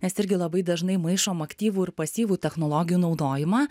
nes irgi labai dažnai maišom aktyvų ir pasyvų technologijų naudojimą